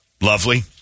lovely